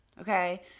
Okay